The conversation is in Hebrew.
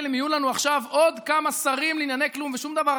אם יהיו לנו עכשיו עוד כמה שרים לענייני כלום ושום דבר?